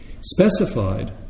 specified